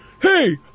Hey